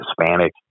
Hispanic